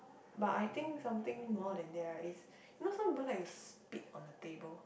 but I think something more than that right is you know some people like to spit on the table